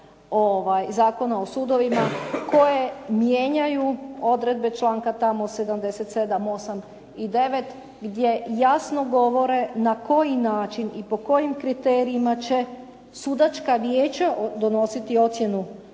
Zakona o sudovima koje mijenjaju odredbe članka tamo 77., 78. i 79. gdje jasno govore na koji način i po kojim kriterijima će sudačka vijeća donositi ocjenu